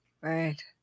Right